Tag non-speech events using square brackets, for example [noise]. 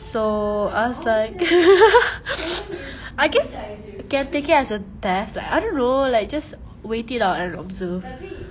so I was like [laughs] [noise] I guess can take it as a test like I don't know like just wait it out and observe